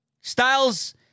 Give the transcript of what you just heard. Styles